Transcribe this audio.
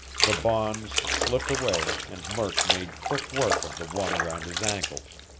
the bonds slipped away, and murk made quick work of the one around his ankles.